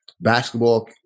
basketball